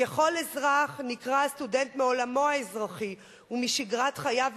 ככל אזרח נקרע הסטודנט מעולמו האזרחי ומשגרת חייו,